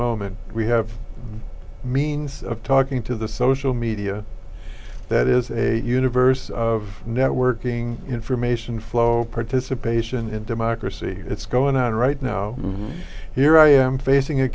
moment we have a means of talking to the social media that is a universe of networking information flow participation and democracy that's going on right now here i am facing a